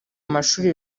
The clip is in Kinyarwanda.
mashuri